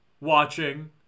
watching